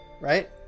right